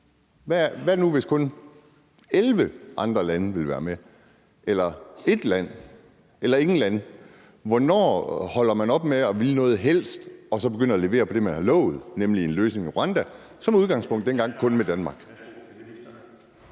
Hvad nu, hvis kun 11 andre lande vil være med eller 1 land eller ingen lande? Hvornår holder man op med at ville noget helst og begynder at levere på det, man har lovet, nemlig en løsning med Rwanda, som dengang i udgangspunktet kun var med Danmark?